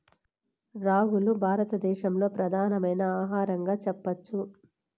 రాగులు భారత దేశంలో ప్రధానమైన ఆహారంగా చెప్పచ్చు